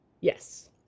Yes